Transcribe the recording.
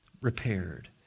repaired